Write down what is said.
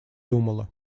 думала